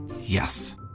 Yes